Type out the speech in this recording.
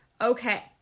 Okay